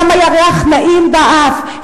שם היה ריח נעים באף,